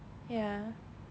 ya